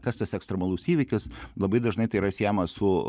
kas tas ekstremalus įvykis labai dažnai tai yra siejama su